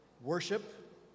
worship